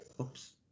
Oops